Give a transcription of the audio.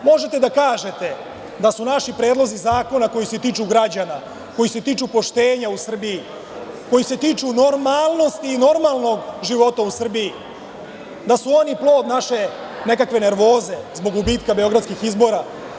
Možete da kažete da su naši predlozi zakona, koji se tiču građana, koji se tiču poštenja u Srbiji, koji se tiču normalnosti i normalnog života u Srbiji, da su oni plod naše nekakve nervoze zbog gubitka beogradskih izbora.